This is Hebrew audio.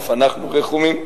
אף אנחנו רחומים.